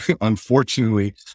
unfortunately